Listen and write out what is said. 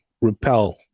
repel